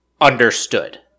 understood